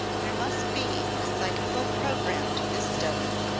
there must be a psychical programme to this study,